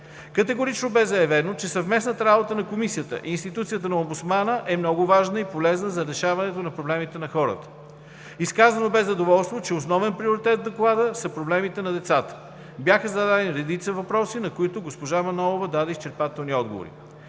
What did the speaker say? Категорично бе заявено, че съвместната работа на Комисията и институцията на омбудсмана е много важна и полезна за решаването на проблемите на хората. Изказано бе задоволство, че основен приоритет в доклада са проблемите на децата. Бяха зададени редица въпроси, на които госпожа Манолова даде изчерпателни отговори.